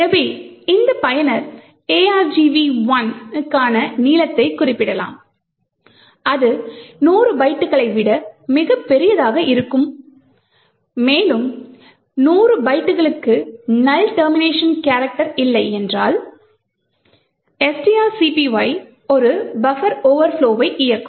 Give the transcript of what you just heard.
எனவே இந்த பயனர் argv1 க்கான நீளத்தை குறிப்பிடலாம் அது 100 பைட்டுகளை விட மிகப் பெரியதாக இருக்கும் மேலும் 100 பைட்டுகளுக்குள் நல் டெர்மினேஷன் கேரக்டர் இல்லை என்றால் strcpy ஒரு பஃபர் ஓவர்ப்லொவை இயக்கும்